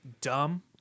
dumb